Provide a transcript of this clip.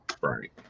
Right